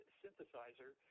synthesizer